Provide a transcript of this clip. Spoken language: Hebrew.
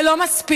זה לא מספיק.